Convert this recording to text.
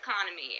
economy